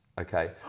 Okay